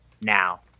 Now